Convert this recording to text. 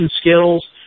skills